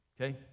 Okay